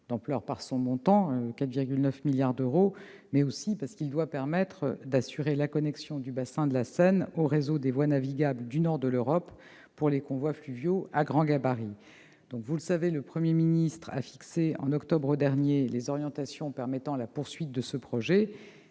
d'ampleur, par son montant- 4,9 milliards d'euros -, mais aussi parce qu'il doit assurer la connexion du bassin de la Seine au réseau des voies navigables du nord de l'Europe pour les convois fluviaux à grand gabarit. Vous le savez, le Premier ministre a fixé, en octobre dernier, les orientations permettant la poursuite de ce projet.